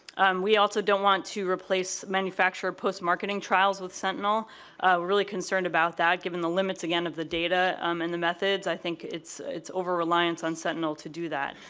we also don't want to replace the manufacturer post-marketing trials with sentinel really concerned about that given the limits again of the data um and the methods i think it's it's over reliance on sentinel to do that.